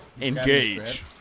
Engage